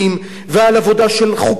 ועל העבודה של ארגונים ועל העבודה של חוקרים,